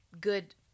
good